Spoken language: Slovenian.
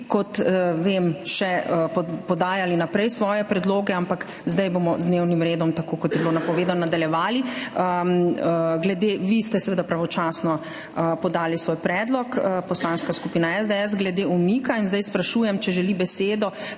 kot vem, podajali še naprej svoje predloge. Zdaj bomo z dnevnim redom, tako kot je bilo napovedano, nadaljevali. Vi ste seveda pravočasno podali svoj predlog, Poslanska skupina SDS, glede umika. Zdaj sprašujem, ali želi besedo